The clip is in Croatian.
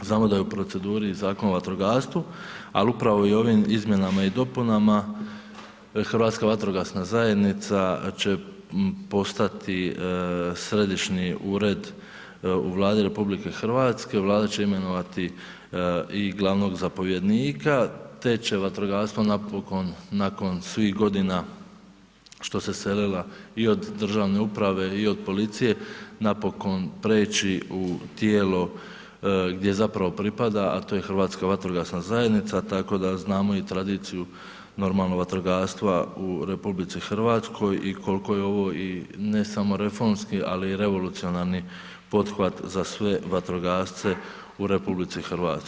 Znamo da je u proceduri i Zakon o vatrogastvu, ali upravo ovim izmjenama i dopunama Hrvatska vatrogasna zajednica, će postati središnji ured u Vladi RH, Vlada će imenovati i glavnog zapovjednika, te će vatrogastvo, napokon, nakon svih godina, što se selila i od državne uprave i od policije, napokon preći u tijelo, gdje zapravo pripada, a to je Hrvatska vatrogasna zajednica, tako da znamo i tradiciju normalno vatrogastva u RH, i koliko je ovo i ne samo reformski ali i revolucionarni poduhvat za sve vatrogasce RH.